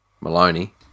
Maloney